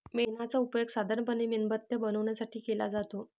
मेणाचा उपयोग साधारणपणे मेणबत्त्या बनवण्यासाठी केला जातो